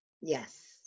Yes